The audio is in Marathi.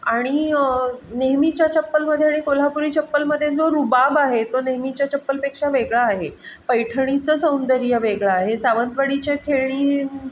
आणि नेहमीच्या चप्पलमध्ये आणि कोल्हापुरी चप्पलमध्ये जो रुबाब आहे तो नेहमीच्या चप्पलपेक्षा वेगळा आहे पैठणीचं सौंदर्य वेगळं आहे सावंतवाडीच्या खेळणी